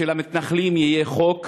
שלמתנחלים יהיה חוק,